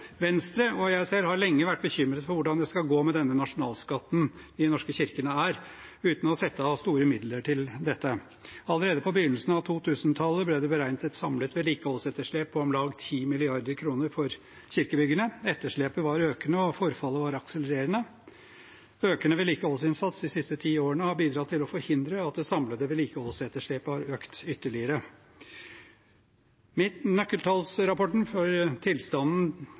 hvordan det skal gå med den nasjonalskatten de norske kirkene er, uten å sette av store midler til dette. Allerede på begynnelsen av 2000-tallet ble det beregnet et samlet vedlikeholdsetterslep på om lag 10 mrd. kr for kirkebyggene. Etterslepet var økende, og forfallet var akselererende. En økende vedlikeholdsinnsats de siste ti årene har bidratt til å forhindre at det samlede vedlikeholdsetterslepet har økt ytterligere. Nøkkeltallsrapporten for tilstanden